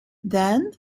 then